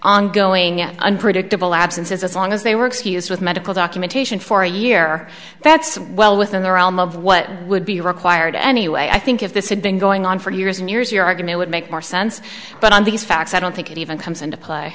ongoing unpredictable absences as long as they work he is with medical documentation for a year that's well within the realm of what would be required anyway i think if this had been going on for years and years your argument would make more sense but on these facts i don't think